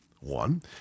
one—